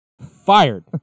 fired